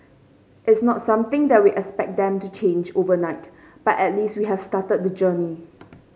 it's not something that we expect them to change overnight but at least we have started the journey